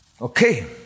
Okay